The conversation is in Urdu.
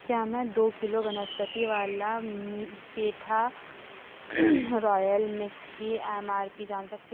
کیا میں دو کلو بنسپتی والا پیٹھا رویل مکس کی ایم آر پی جان سکتی ہوں